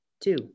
two